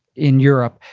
in europe.